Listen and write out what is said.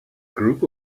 group